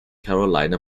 carolina